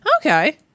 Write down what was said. Okay